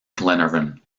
glenarvan